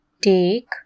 take